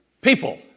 people